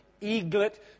eaglet